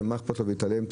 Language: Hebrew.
ומה אכפת לו ויתעלם,